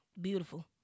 Beautiful